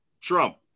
Trump